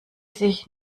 sich